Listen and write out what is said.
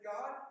God